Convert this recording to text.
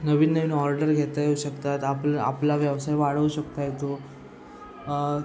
नवीन नवीन ऑर्डर घेता येऊ शकतात आपलं आपला व्यवसाय वाढवू शकता येतो